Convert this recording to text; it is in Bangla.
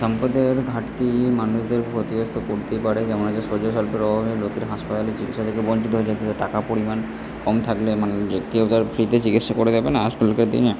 সম্পদের ঘাটতি মানুষদের প্রতিহত করতে পারে যেমন শয্যা স্বল্পের অভাবে লোকের হাসপাতালে চিকিৎসা থেকে বঞ্চিত হয়ে যেতে পারে টাকার পরিমাণ কম থাকলে মানুষদের কেউ তো আর ফ্রিতে চিকিৎসা করে দেবে না আজকালকার দিনে